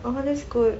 oh that's good